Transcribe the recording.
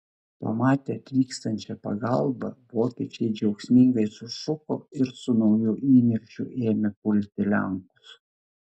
pamatę atvykstančią pagalbą vokiečiai džiaugsmingai sušuko ir su nauju įniršiu ėmė pulti lenkus